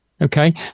Okay